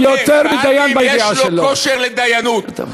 הוא יותר מדיין בידיעה שלו.